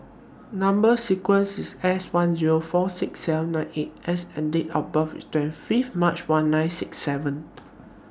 Number sequence IS S one Zero four six seven nine eight S and Date of birth IS twenty Fifth March one nine six seven